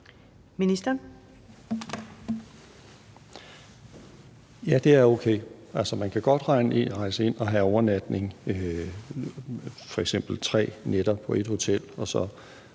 Ja, det er okay. Man kan godt rejse ind og have overnatninger, f.eks. tre nætter, på ét hotel